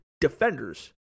defenders